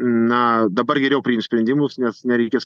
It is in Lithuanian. na dabar geriau priimt sprendimus nes nereikės